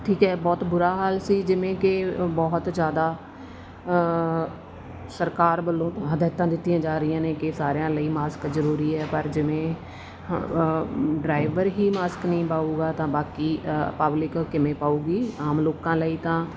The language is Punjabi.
ਠੀਕ ਹੈ ਬਹੁਤ ਬੁਰਾ ਹਾਲ ਸੀ ਜਿਵੇਂ ਕਿ ਬਹੁਤ ਜ਼ਿਆਦਾ ਸਰਕਾਰ ਵੱਲੋਂ ਹਦਾਇਤਾਂ ਦਿੱਤੀਆਂ ਜਾ ਰਹੀਆਂ ਨੇ ਕਿ ਸਾਰਿਆਂ ਲਈ ਮਾਸਕ ਜ਼ਰੂਰੀ ਹੈ ਪਰ ਜਿਵੇਂ ਡਰਾਈਵਰ ਹੀ ਮਾਸਕ ਨਹੀਂ ਪਾਉਗਾ ਤਾਂ ਬਾਕੀ ਪਬਲਿਕ ਕਿਵੇਂ ਪਾਊਗੀ ਆਮ ਲੋਕਾਂ ਲਈ ਤਾਂ